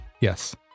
Yes